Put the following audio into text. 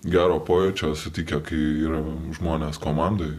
gero pojūčio suteikia kai yra žmonės komandoj